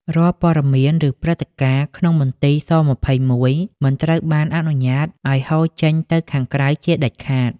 រាល់ព័ត៌មាន ឬព្រឹត្តិការណ៍ក្នុងមន្ទីរស-២១ មិនត្រូវបានអនុញ្ញាតឱ្យហូរចេញទៅខាងក្រៅជាដាច់ខាត។